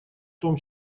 том